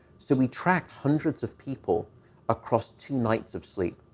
so we tracked hundreds of people across two nights of sleep.